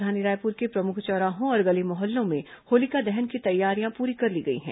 राजधानी रायपुर के प्रमुख चौराहों और गली मोहल्लों में होलिका दहन की तैयारियां पूरी कर ली गई हैं